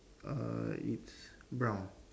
err it's brown